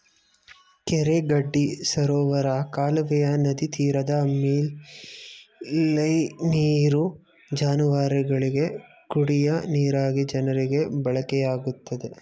ಕೆರೆ ಗಡ್ಡಿ ಸರೋವರ ಕಾಲುವೆಯ ನದಿತೀರದ ಮೇಲ್ಮೈ ನೀರು ಜಾನುವಾರುಗಳಿಗೆ, ಕುಡಿಯ ನೀರಾಗಿ ಜನರಿಗೆ ಬಳಕೆಯಾಗುತ್ತದೆ